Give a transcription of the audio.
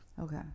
Okay